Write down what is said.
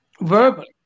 verbally